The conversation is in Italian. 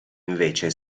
invece